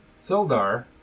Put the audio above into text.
Sildar